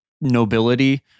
nobility